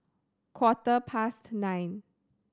quarter past nine